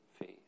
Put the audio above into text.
faith